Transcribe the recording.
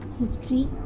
history